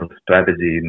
strategy